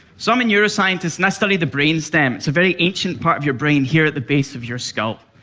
so i'm a neuroscientist and i study the brain stem. it's a very ancient part of your brain here at the base of your skull.